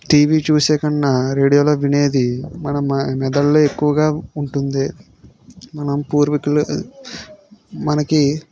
TV చూసే కన్నా రేడియోలో వినేది మన మ మెదడులో ఎక్కువగా ఉంటుంది మనం పూర్వీకుల మనకి